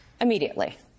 Immediately